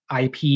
IP